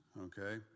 okay